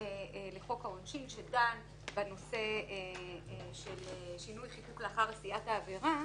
לחוק העונשין שדן בנושא של שינוי חיקוק לאחר עשיית העבירה.